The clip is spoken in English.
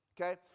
Okay